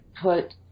put